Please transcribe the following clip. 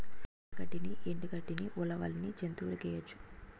పచ్చ గడ్డిని ఎండు గడ్డని ఉలవల్ని జంతువులకేయొచ్చు